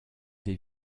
des